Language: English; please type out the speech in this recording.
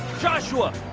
joshua